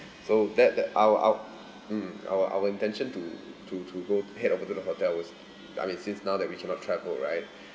so that that our our mm our our intention to to to go head over to the hotel was I mean since now that we cannot travel right